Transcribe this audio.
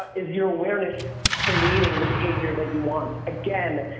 is your awareness creating the behavior that you want? again,